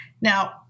now